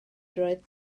roedd